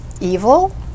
evil